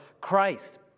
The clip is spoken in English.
Christ